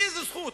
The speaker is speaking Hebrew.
באיזו זכות?